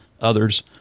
Others